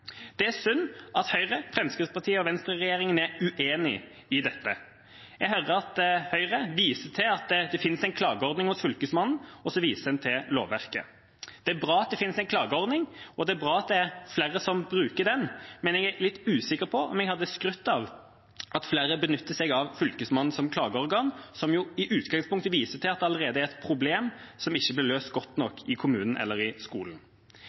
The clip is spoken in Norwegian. Det er synd at Høyre-, Fremskrittsparti- og Venstre-regjeringa er uenig i dette. Jeg hører at Høyre viser til at det finnes en klageordning hos Fylkesmannen, og man viser til lovverket. Det er bra at det finnes en klageordning, og det er bra at det er flere som bruker den. Men jeg er litt usikker på om jeg hadde skrytt av at flere benytter seg av Fylkesmannen som klageorgan, som i utgangspunktet viser til at det allerede er et problem som ikke blir løst godt nok i kommunen eller i skolen.